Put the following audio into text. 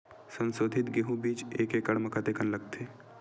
संसोधित गेहूं बीज एक एकड़ म कतेकन लगथे?